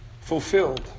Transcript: fulfilled